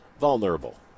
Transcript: vulnerable